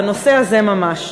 בנושא הזה ממש.